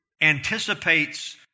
anticipates